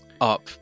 up